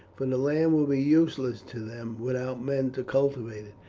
for the land will be useless to them without men to cultivate it,